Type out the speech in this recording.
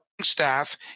staff